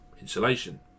Insulation